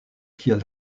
kiel